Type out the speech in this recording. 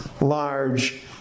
large